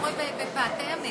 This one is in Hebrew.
תסתכל מה קורה בפאתי המליאה.